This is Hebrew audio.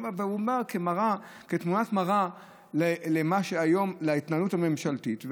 כתמונת מראה להתנהלות הממשלתית היום.